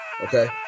Okay